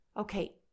Okay